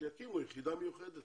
שיקימו יחידה מיוחדת